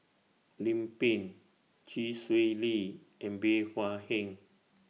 Lim Pin Chee Swee Lee and Bey Hua Heng